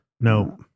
No